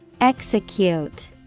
Execute